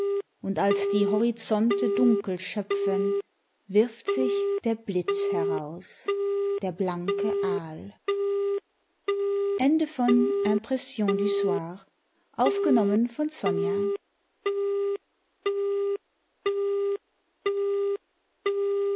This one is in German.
und als die horizonte dunkel schöpfen wirft sich der blitz heraus der blanke aal